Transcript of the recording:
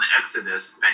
Exodus